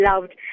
loved